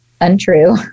untrue